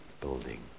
building